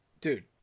dude